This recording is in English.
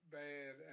bad